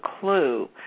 clue